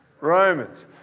Romans